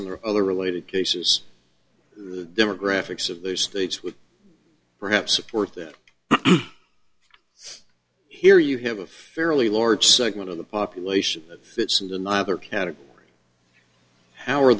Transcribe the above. or other related cases the demographics of those states would perhaps support that here you have a fairly large segment of the population that fits into neither category how are